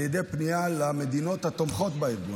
על ידי פנייה למדינות התומכות בארגון,